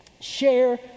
Share